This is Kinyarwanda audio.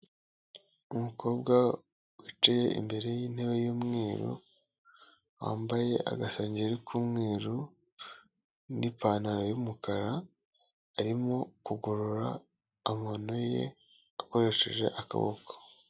Umukobwa wicaye imbere y'intebe y'umweru, wambaye agasengeri k'umweru n'ipantaro y'umukara, arimo kugorora amano ye akoresheje akaboko.